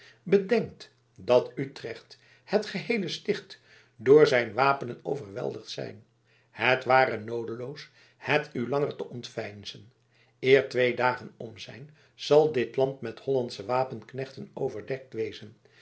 bedenkt dat utrecht het geheele sticht door zijn wapenen overweldigd zijn het ware noodeloos het u langer te ontveinzen eer twee dagen om zijn zal dit land met hollandsche wapenknechten overdekt wezen